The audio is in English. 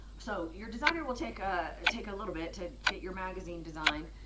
so your designer will take ah and take a little bit to get your magazine designed.